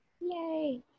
Yay